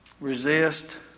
resist